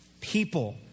people